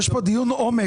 יש כאן דיון עומק.